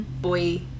boy